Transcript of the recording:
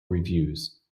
reviews